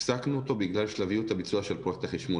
הפסקנו אותו בגלל שלביות הביצוע של פרויקט החשמול.